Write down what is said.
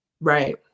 Right